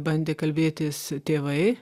bandė kalbėtis tėvai